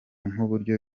nk’uburyo